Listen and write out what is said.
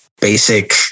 basic